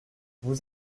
vous